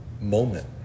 moment